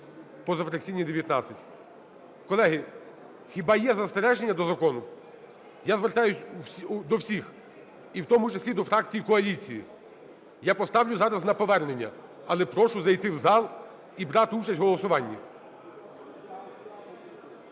позафракційні – 19. Колеги, хіба є застереження до закону? Я звертаюсь до всіх, і в тому числі до фракцій коаліції. Я поставлю зараз на повернення, але прошу зайти в зал і брати участь в голосуванні.